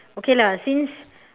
okay lah since